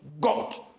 God